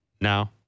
Now